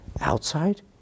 Outside